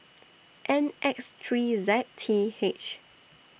N X three Z T H